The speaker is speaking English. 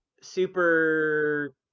super